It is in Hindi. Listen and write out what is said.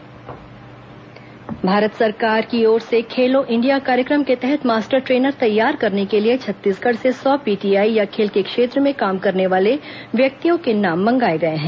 खेलो इंडिया भारत सरकार की ओर से खेलो इंडिया कार्यक्रम के तहत मास्टर ट्रेनर तैयार करने के लिए छत्तीसगढ़ से सौ पीटीआई या खेल के क्षेत्र में काम करने वाले व्यक्तियों के नाम मंगाए गए हैं